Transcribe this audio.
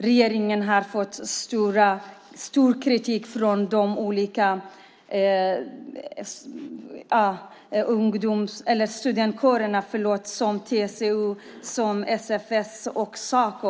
Regeringen har fått kritik av bland andra TCO och SFS.